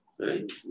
Right